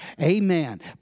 amen